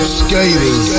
skating